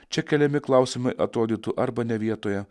čia keliami klausimai atrodytų arba ne vietoje